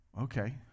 okay